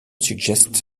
suggests